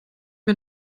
mir